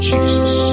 Jesus